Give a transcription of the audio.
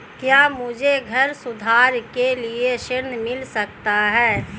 क्या मुझे घर सुधार के लिए ऋण मिल सकता है?